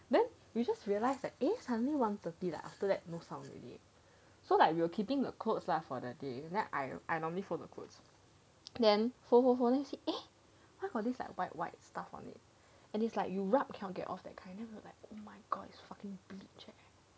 then we just realise that eh suddenly one thirty lah after that no sound already so like we are keeping the clothes lah for the day then I I normally fold the clothes then fold fold fold then eh why got this like white white stuff on it and it's like you rub cannot get off that kind then I'm like oh my god it's fucking bleach eh